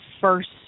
first